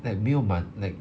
like 没有满 like